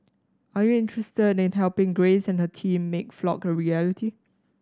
are you interested in helping Grace and her team make Flock a reality